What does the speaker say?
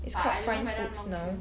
it's called fine foods now